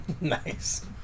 Nice